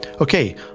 Okay